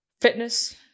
fitness